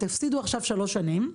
תפסידו עכשיו שלוש שנים,